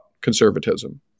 conservatism